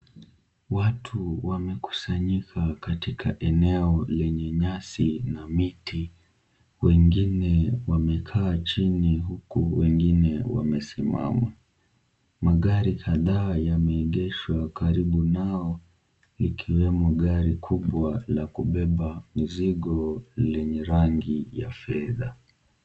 Watu wamekusanyika katika eneo lenye nyasi na miti, wengine wamekaa chini, huku wengine wamesimama, magari kadha yameegeshwa karibu nao likiwemo gari kubwa la kubeba mizigo lenye rangi ya fedha.